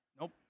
Nope